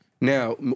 Now